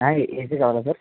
ఆయి ఏసీ కావాలా సార్